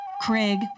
Craig